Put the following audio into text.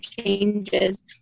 changes